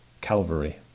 Calvary